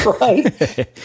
right